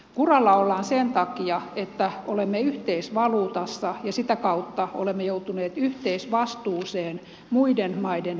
kuralla ollaan sen takia että olemme yhteisvaluutassa ja sitä kautta olemme joutuneet yhteisvastuuseen muiden maiden veloista